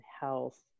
health